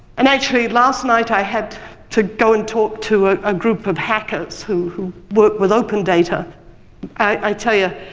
and actually last night, i had to go and talk to a ah group of hackers who who work with open data. and i tell you,